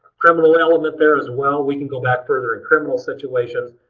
criminal element there as well. we can go back further in criminal situations.